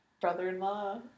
brother-in-law